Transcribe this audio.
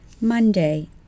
Monday